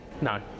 no